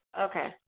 okay